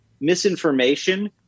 misinformation